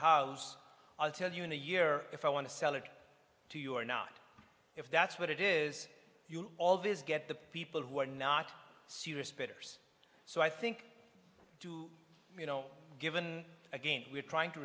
house i'll tell you in a year if i want to sell it to you or not if that's what it is all visit get the people who are not serious bidders so i think do you know given again we're trying to